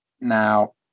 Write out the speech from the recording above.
Now